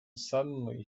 suddenly